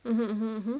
(uh huh)